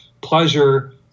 Pleasure